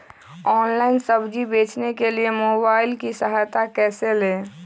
Online सब्जी बेचने के लिए मोबाईल की सहायता कैसे ले?